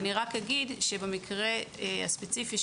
במקרה הספציפי,